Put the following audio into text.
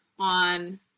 on